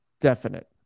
definite